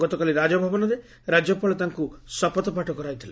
ଗତକାଲି ରାଜଭବନରେ ରାଜ୍ୟପାଳ ତାଙ୍ଙ ଶପଥ ପାଠ କରାଇଥିଲେ